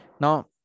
Now